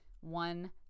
one